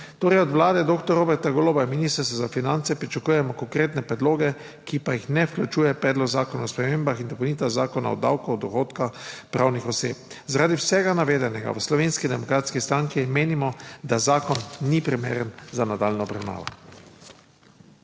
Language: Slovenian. torej, od vlade doktor Roberta Goloba in Ministrstva za finance pričakujemo konkretne predloge, ki pa jih ne vključuje Predlog zakona o spremembah in dopolnitvah Zakona o davku od dohodka pravnih oseb. Zaradi vsega navedenega v Slovenski demokratski stranki menimo, da zakon ni primeren za nadaljnjo obravnavo.